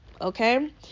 Okay